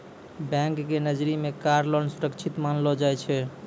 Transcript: bank के नजरी मे कार लोन सुरक्षित मानलो जाय छै